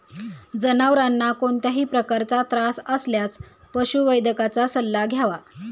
जनावरांना कोणत्याही प्रकारचा त्रास असल्यास पशुवैद्यकाचा सल्ला घ्यावा